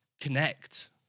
connect